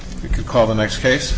you could call the next case